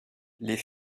les